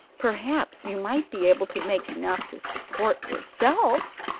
perhaps you might be able to make enough to support yourself,